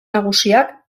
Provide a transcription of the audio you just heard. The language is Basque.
nagusiak